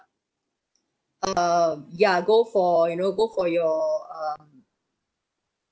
um ya go for you know go for your uh